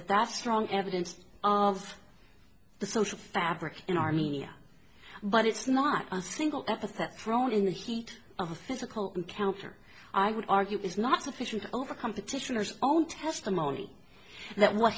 that that's strong evidence of the social fabric in armenia but it's not a single epithet thrown in the heat of a physical encounter i would argue is not sufficient overcome petitioner's own testimony that wh